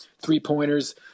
three-pointers